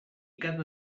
cada